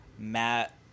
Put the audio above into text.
Matt